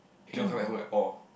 he don't come back home at all